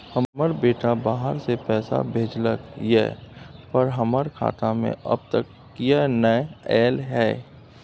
हमर बेटा बाहर से पैसा भेजलक एय पर हमरा खाता में अब तक किये नाय ऐल है?